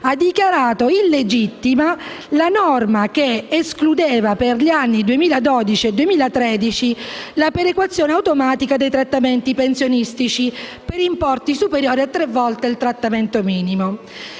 ha dichiarato illegittima la norma che escludeva per gli anni 2012 e 2013 la perequazione automatica per i trattamenti pensionistici di importo complessivo superiore a tre volte il trattamento minimo